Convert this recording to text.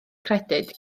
credyd